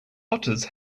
otters